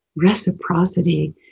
reciprocity